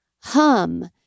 hum